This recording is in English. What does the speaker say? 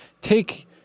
take